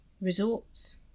resorts